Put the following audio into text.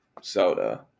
soda